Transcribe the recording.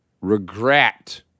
regret